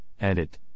edit